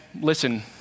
listen